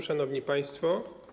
Szanowni Państwo!